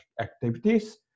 activities